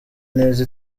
neza